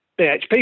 BHP